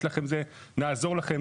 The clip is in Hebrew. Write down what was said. נעזור לכם,